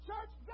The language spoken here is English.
church